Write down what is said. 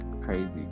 crazy